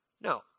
No